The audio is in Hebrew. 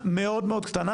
בספטמבר, יש המון פרישות.